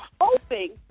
hoping